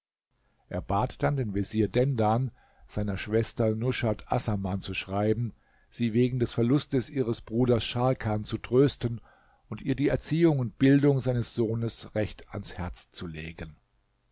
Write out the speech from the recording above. er bat dann den vezier dendan seiner schwester nushat assaman zu schreiben sie wegen des verlustes ihres bruders scharkan zu trösten und ihr die erziehung und bildung seines sohnes recht ans herz zu legen